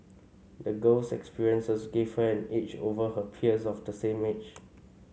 the girl's experiences gave her an edge over her peers of the same age